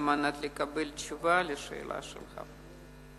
על מנת לקבל תשובה לשאלה שלך.